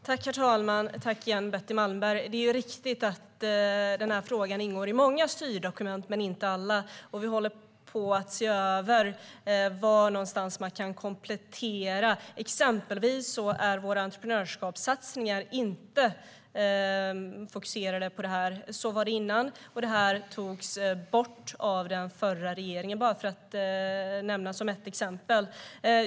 Herr talman! Tack igen, Betty Malmberg! Det är riktigt att den här frågan ingår i många styrdokument men inte alla. Vi håller på att se över var man kan komplettera. Bara för att nämna ett exempel: Våra entreprenörskapssatsningar är inte fokuserade på detta. Så var det innan - det togs bort av den förra regeringen.